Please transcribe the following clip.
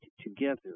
together